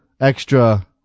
extra